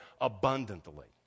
abundantly